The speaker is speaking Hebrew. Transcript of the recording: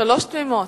שלוש דקות תמימות.